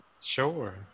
Sure